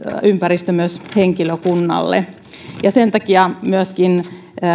ympäristö myös henkilökunnalle sen takia myöskin